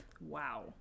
Wow